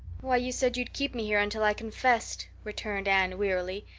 why, you said you'd keep me here until i confessed, returned anne wearily,